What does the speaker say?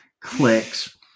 clicks